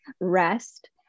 rest